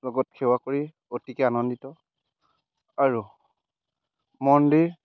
লগত সেৱা কৰি অতিকৈ আনন্দিত আৰু মন্দিৰ